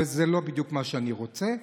וזה לא בדיוק מה שאני רוצה,